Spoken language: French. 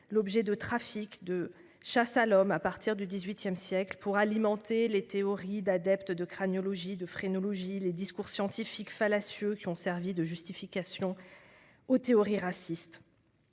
l'objet de trafics ou de chasses à l'homme à partir du XVIII siècle pour alimenter les théories d'adeptes de craniologie et de phrénologie, les discours scientifiques fallacieux qui ont servi de justification aux théories racistes.